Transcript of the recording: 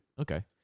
Okay